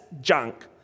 junk